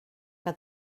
que